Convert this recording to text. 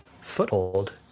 foothold